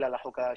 אלא לחוק השבטי.